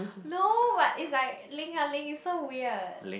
no but it's like Ling ah Ling it's so weird